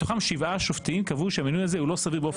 מתוכם שבעה שופטים קבעו שהמינוי הזה הוא לא סביר באופן